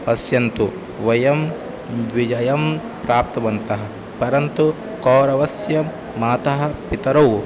पश्यन्तु वयं विजयं प्राप्त्वन्तः परन्तु कौरवस्य मातापितरौ